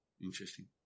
Interesting